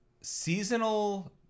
seasonal